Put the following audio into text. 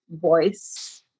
voice